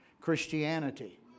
Christianity